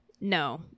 No